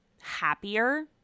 happier